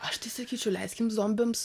aš tai sakyčiau leiskim zombiams